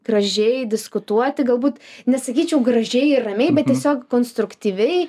gražiai diskutuoti galbūt nesakyčiau gražiai ir ramiai bet tiesiog konstruktyviai